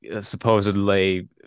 supposedly